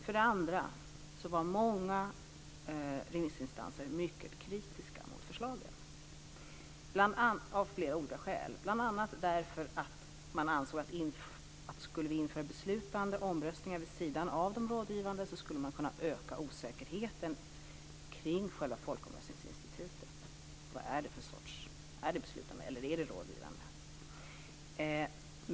För det andra var många remissinstanser mycket kritiska mot förslagen av flera olika skäl. Bl.a. ansåg de att införande av beslutande folkomröstningar vid sidan av de rådgivande skulle kunna öka osäkerheten kring själva folkomröstningsinstitutet. Är det beslutande eller är det rådgivande?